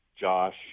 josh